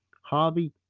Harvey